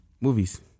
Movies